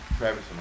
Travis